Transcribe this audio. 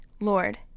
Lord